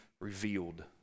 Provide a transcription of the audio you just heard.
revealed